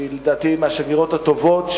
ולדעתי היא מהשגרירות הטובות,